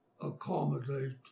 accommodate